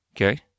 Okay